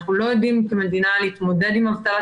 אנחנו לא יודעים כמדינה להתמודד עם אבטלת